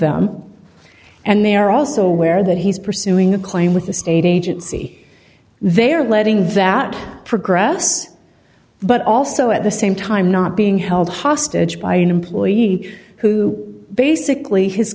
them and they are also aware that he's pursuing a claim with the state agency they are letting that progress but also at the same time not being held hostage by an employee who basically his